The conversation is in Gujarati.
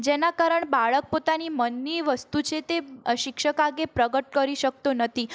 જેના કારણ બાળક પોતાની મનની વસ્તુ છે તે શિક્ષક આગળ પ્રગટ કરી શકતો નથી